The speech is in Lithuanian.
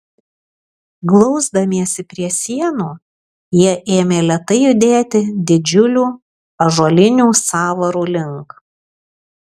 glausdamiesi prie sienų jie ėmė lėtai judėti didžiulių ąžuolinių sąvarų link